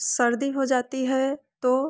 सर्दी हो जाती है तो